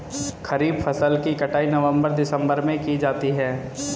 खरीफ फसल की कटाई नवंबर दिसंबर में की जाती है